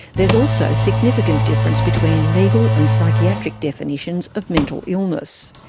there is also significant difference between legal and psychiatric definitions of mental illness.